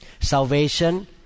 Salvation